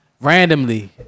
Randomly